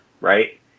right